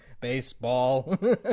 baseball